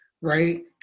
right